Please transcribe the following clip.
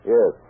Yes